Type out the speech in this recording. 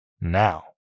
now